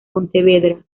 pontevedra